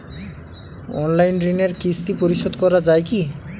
Online ঋণের কিস্তি পরিশোধ করা যায় কি?